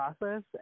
process